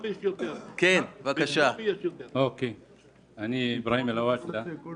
- אין באזור תחבורה ציבורית - אני חייב להחזיק שני